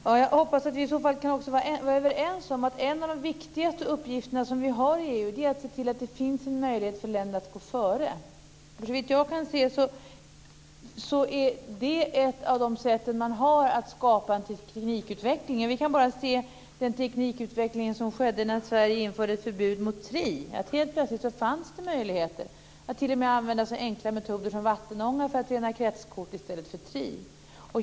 Fru talman! Jag hoppas att vi också kan vara överens om att en av de viktigaste uppgifterna som vi har i EU är att se till att det finns en möjlighet för länder att gå före. Såvitt jag kan se så är det ett av de sätt man har att skapa teknikutveckling. Vi kan bara se den teknikutveckling som skedde när Sverige införde ett förbud mot tri. Helt plötsligt fanns det möjligheter, t.o.m. så enkla metoder som att använda vattenånga för att rena kretskort i stället för tri.